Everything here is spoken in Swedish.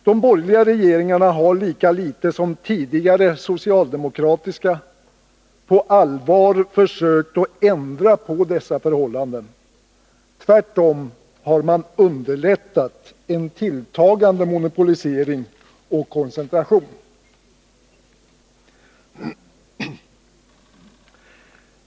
De borgerliga regeringarna har lika litet som tidigare socialdemokratiska regeringar på allvar försökt ändra på dessa förhållanden — tvärtom har man underlättat en tilltagande monopolisering och koncentration.